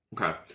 Okay